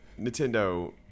Nintendo